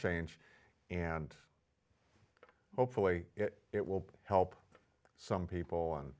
change and hopefully it will help some people